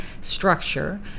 structure